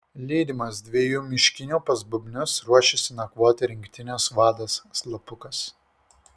lydimas dviejų miškinių pas bubnius ruošiasi nakvoti rinktinės vadas slapukas